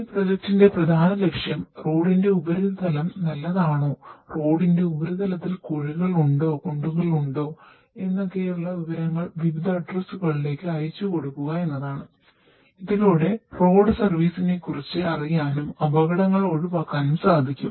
ഈ പ്രോജക്ടിന്റെഅറിയാനും അപകടങ്ങൾ ഒഴിവാക്കാനും സാധിക്കും